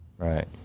Right